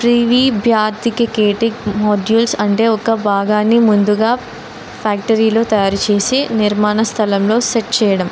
prefabricated modules అంటే ఒక భాగాన్ని ముందుగా ఫ్యాక్టరీలో తయారుచేసి నిర్మాణ స్థలంలో సెట్ చెయ్యడం